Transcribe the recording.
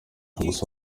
gusa